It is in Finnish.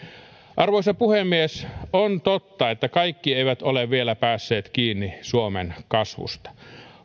arvoisa puhemies on totta että kaikki eivät ole vielä päässeet kiinni suomen kasvusta